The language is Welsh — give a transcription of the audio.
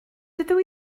dydw